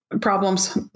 problems